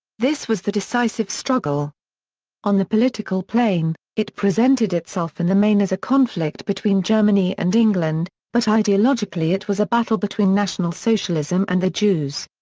this was the decisive struggle on the political plane, it presented itself in the main as a conflict between germany and england, but ideologically it was a battle between national socialism and the jews.